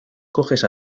coges